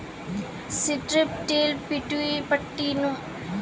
strip till पट्टीनुमा जुताई छिकै जे खेतो केरो सब भाग म नै होय छै